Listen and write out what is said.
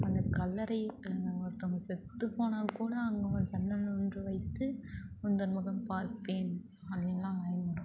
அந்த கல்லறை ஒருத்தங்க செத்துப்போனாக்கூட அங்கே ஒரு ஜன்னல் ஒன்று வைத்து உந்தன் முகம் பார்ப்பேன் அப்படின்லாம் லைன் வரும்